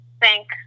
thank